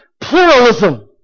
pluralism